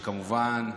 כמובן,